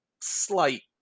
slight